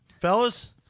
Fellas